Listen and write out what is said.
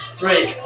three